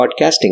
podcasting